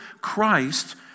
Christ